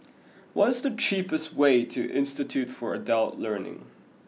what's the cheapest way to Institute for Adult Learning